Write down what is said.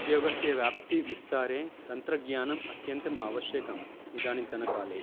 उद्योगस्य व्याप्तिविस्तारे तन्त्रज्ञानम् अत्यन्तम् आवश्यकम् इदानीन्तनकाले